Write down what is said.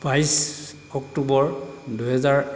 বাইছ অক্টোবৰ দুহেজাৰ